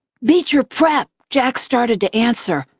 beecher prep! jack started to answer,